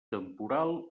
temporal